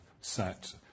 sat